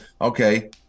okay